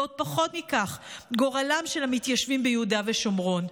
ועוד פחות מכך גורלם של המתיישבים ביהודה ושומרון.